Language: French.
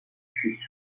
fut